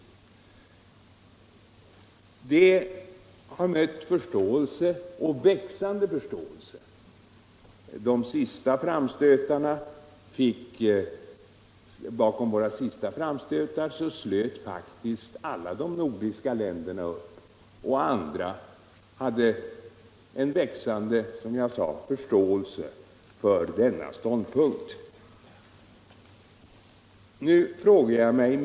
Det hår mött en växande förståelse. Bakom våra senaste framstötar slöt faktiskt alla de nordiska länderna upp och andra visade, som jag sade, en växande förståelse för denna ståndpunkt.